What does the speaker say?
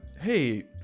hey